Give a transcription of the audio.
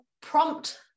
prompt